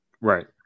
Right